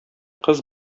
кыз